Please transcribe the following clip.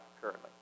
currently